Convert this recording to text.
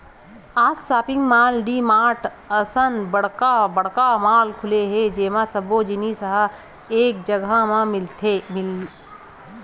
आज shopping mall, DMart असन बड़का बड़का मॉल खुले हे जेमा सब्बो जिनिस ह एके जघा म मिलत हे